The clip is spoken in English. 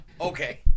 Okay